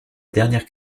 dernière